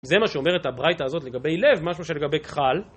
זה מה שאומר את הברייטה הזאת לגבי לב, משהו שלגבי כחל.